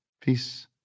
peace